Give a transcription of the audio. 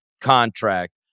contract